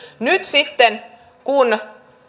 nyt sitten kun